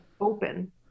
open